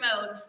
mode